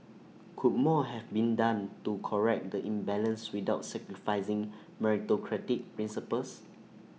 could more have been done to correct the imbalance without sacrificing meritocratic principles